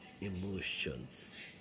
Emotions